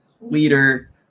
leader